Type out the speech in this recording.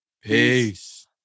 Peace